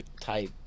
type